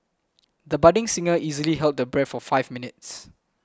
the budding singer easily held her breath for five minutes